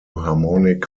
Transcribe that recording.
harmonic